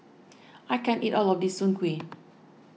I can't eat all of this Soon Kway